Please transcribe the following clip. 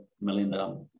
Melinda